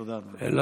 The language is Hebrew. תודה, אדוני.